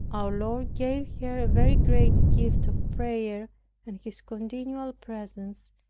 our lord gave her a very great gift of prayer and his continual presence,